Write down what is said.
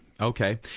Okay